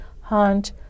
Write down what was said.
hunt